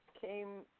came